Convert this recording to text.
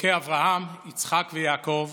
אלוקי אברהם, יצחק ויעקב,